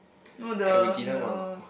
no the the